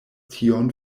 tion